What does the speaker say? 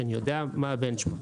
כשאני יודע מה הבנצ'מרק.